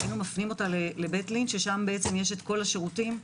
שהיינו מפנים אותה לבית לין ששם יש כל השירותים.